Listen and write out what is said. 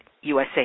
usa